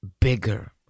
bigger